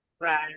Right